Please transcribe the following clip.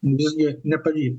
visgi nepavyko